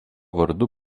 vardu